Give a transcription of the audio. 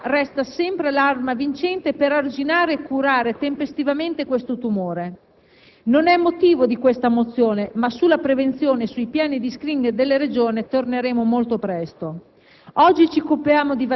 Le ragazze italiane tra i 25 e i 29 anni non si sottopongono al pap-test con regolarità, soprattutto al Sud. Più attente le donne tra i 45 e i 50 anni, in particolare le donne del Nord-Est.